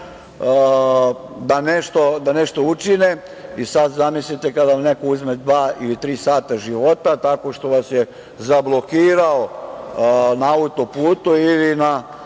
da nešto učine i sad zamislite kada vam neko uzme dva ili tri sata života tako što vas je zablokirao na autoputu ili na